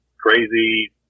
crazy